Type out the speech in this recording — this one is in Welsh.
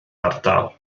ardal